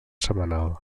setmanal